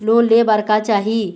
Loan ले बार का चाही?